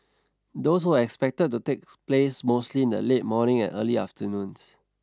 those were expected to take place mostly in the late morning and early afternoons